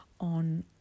on